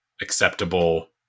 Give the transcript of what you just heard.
acceptable